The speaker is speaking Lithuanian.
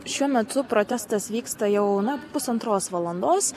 šiuo metu protestas vyksta jau na pusantros valandos